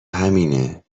همینه